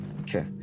Okay